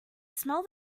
smell